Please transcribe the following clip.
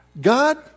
God